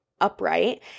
upright